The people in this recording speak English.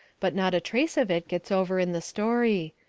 but not a trace of it gets over in the story.